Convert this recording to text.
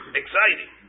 exciting